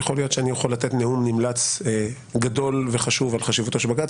יכול להיות שאני יכול לתת נאום נמלץ גדול וחשוב על חשיבותו של בג"צ,